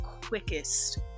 quickest